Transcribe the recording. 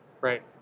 right